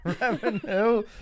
revenue